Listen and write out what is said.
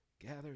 gather